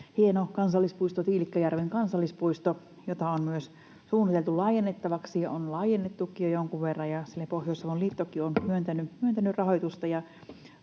hieno kansallispuisto, Tiilikkajärven kansallispuisto, jota on myös suunniteltu laajennettavaksi ja on laajennettukin jo jonkun verran. Sille Pohjois-Savon liittokin on myöntänyt rahoitusta,